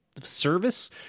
service